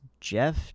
Jeff